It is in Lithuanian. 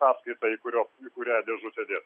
sąskaitą į kurio į kurią dėžutę dėti